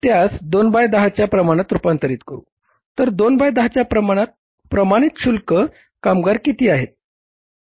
तर आता आपण त्यास दोन बाय दहाच्या प्रमाणात रूपांतरित करू तर दोन बाय दहाच्या प्रमाणात प्रमाणित कुशल कामगार किती आहेत